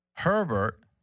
Herbert